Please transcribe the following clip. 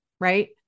right